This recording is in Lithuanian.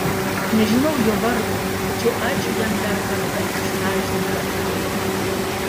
nežinau jo vardo tačiau ačiū jam dar kartą už sąžiningą poelgį